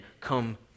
come